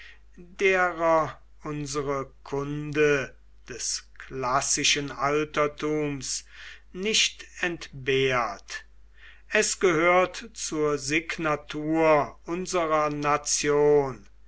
derer unsere kunde des klassischen altertums nicht entbehrt es gehört zur signatur unserer nation